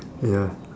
ya